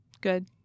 Good